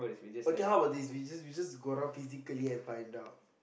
okay how about this we just we just go out physically and find out